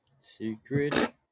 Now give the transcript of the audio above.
Secret